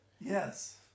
Yes